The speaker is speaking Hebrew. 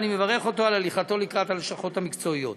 ואני מברך אותו על הליכתו לקראת הלשכות המקצועיות.